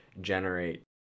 generate